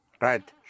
Right